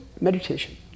meditation